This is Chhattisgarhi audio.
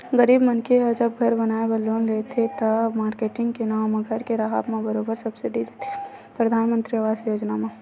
गरीब मनखे ह जब घर बनाए बर लोन देथे त, मारकेटिंग के नांव म घर के राहब म बरोबर सब्सिडी देथे परधानमंतरी आवास योजना म